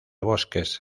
bosques